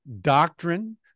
doctrine